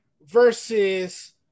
versus